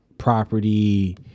property